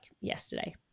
yesterday